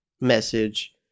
message